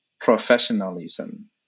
professionalism